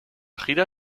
gira